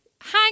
Hang